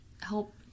help